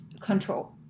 control